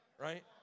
right